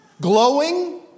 glowing